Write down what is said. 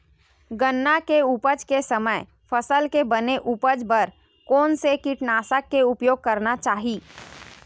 गन्ना के उपज के समय फसल के बने उपज बर कोन से कीटनाशक के उपयोग करना चाहि?